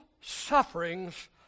sufferings